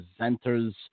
presenters